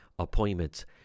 Appointments